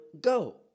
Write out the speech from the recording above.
go